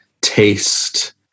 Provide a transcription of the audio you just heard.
taste